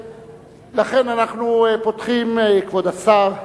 היום, יום שני, י' בחשוון התשע"א,